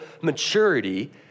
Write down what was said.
maturity